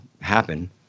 happen